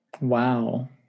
Wow